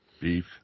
Beef